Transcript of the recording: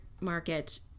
market